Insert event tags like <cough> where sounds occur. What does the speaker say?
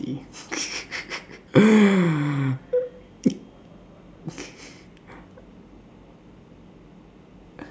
<laughs>